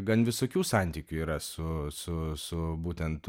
gan visokių santykių yra su su su būtent